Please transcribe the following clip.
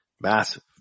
Massive